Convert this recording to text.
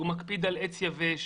הוא מקפיד על עץ יבש,